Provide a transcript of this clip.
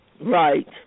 Right